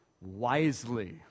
wisely